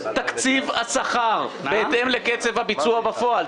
--- תקציב השכר בהתאם לקצב הביצוע בפועל,